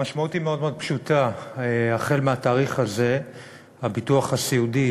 המשמעות היא מאוד מאוד פשוטה: החל מהתאריך הזה הביטוח הסיעודי,